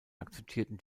akzeptierten